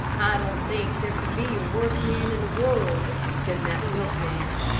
i don't think there can be a worse man in the world than that milkman.